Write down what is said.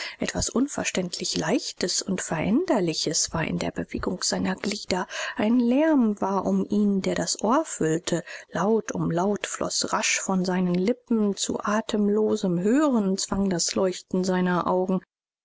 etwas unverständlich leichtes und veränderliches war in der bewegung seiner glieder ein lärm war um ihn der das ohr füllte laut um laut floß rasch von seinen lippen zu atemlosem hören zwang das leuchten seiner augen